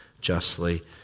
justly